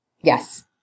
Yes